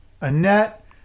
Annette